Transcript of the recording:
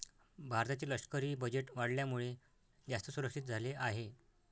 भारताचे लष्करी बजेट वाढल्यामुळे, जास्त सुरक्षित झाले आहे